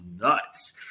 nuts